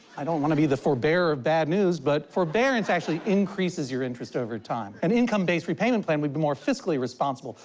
i don't want to be the forebearer of bad news, but forbearance actually increases your interest over time. an income-based repayment plan would be more fiscally responsible.